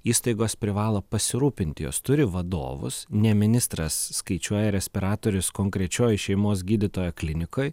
įstaigos privalo pasirūpinti jos turi vadovus ne ministras skaičiuoja respiratorius konkrečioj šeimos gydytojo klinikoj